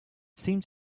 seemed